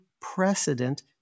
precedent